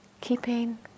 keeping